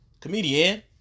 comedian